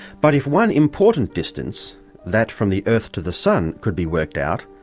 but if one important distance that from the earth to the sun could be worked out,